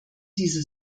diese